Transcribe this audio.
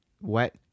wet